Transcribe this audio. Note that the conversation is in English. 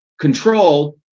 control